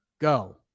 Go